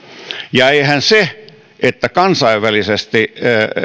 eihän se että kansainvälisesti